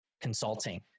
consulting